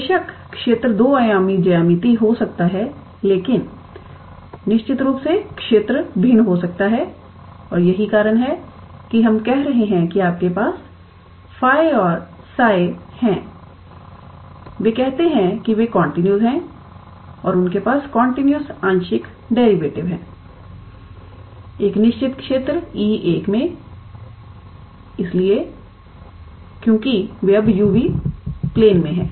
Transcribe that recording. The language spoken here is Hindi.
बेशक क्षेत्र दो आयामी ज्यामिति हो सकता है लेकिन निश्चित रूप से क्षेत्र भिन्न हो सकता है और यही कारण है कि हम कह रहे हैं कि आपके पास 𝜑 और 𝜓 हैं वे कहते हैं कि वे कंटीन्यूअस हैं और उनके पास कंटीन्यूअस आंशिक डेरिवेटिव हैं एक निश्चित क्षेत्र E1 मे इसलिए क्योंकि वे अब uv प्लेन में हैं